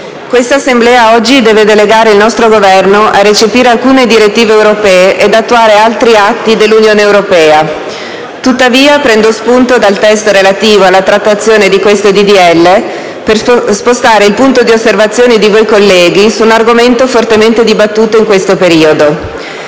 questa Assemblea oggi deve delegare il nostro Governo a recepire alcune direttive europee e ad attuare altri atti dell'Unione europea. Tuttavia prendo spunto dal testo relativo alla trattazione di questi disegni di legge per spostare il punto di osservazione di voi colleghi su un argomento fortemente dibattuto in questo periodo.